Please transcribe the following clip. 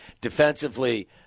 defensively